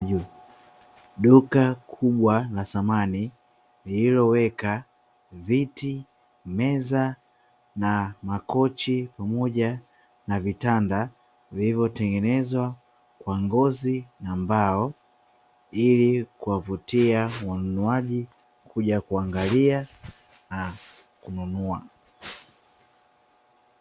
Duka kubwa la samani lililoweka viti, makochi pamoja na vitanda vilivyotengenezwa kwa ngozi na mbao, ili kuwavutia wateja kuja kuangalia na kununua .